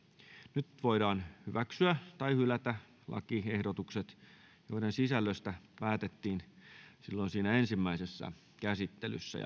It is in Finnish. nyt voidaan hyväksyä tai hylätä lakiehdotukset joiden sisällöstä päätettiin ensimmäisessä käsittelyssä